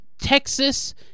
Texas